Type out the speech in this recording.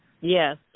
Yes